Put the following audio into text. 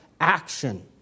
action